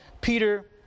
Peter